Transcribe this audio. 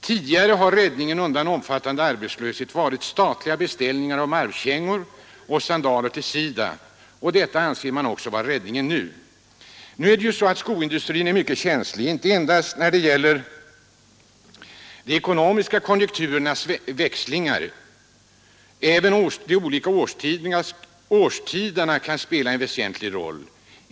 Tidigare har räddningen undan omfattande arbetslöshet varit statliga beställningar av marschkängor och sandaler till SIDA, och detta anser man också måste bli räddningen nu. Skoindustrin är mycket känslig inte endast när det gäller de ekonomiska konjunkturernas växlingar även de olika årstiderna kan spela en väsentlig roll.